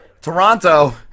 Toronto